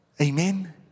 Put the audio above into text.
Amen